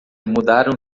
mudaram